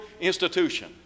institution